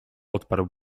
odparł